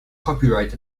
copyright